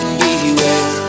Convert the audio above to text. beware